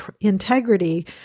integrity